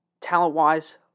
talent-wise